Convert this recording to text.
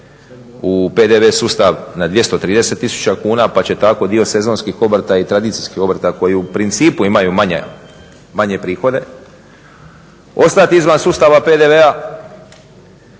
u PDV sustav na 230 000 kuna pa će tako dio sezonskih obrta i tradicijskih obrta koji u principu imaju manje prihode ostati izvan sustava PDV-a,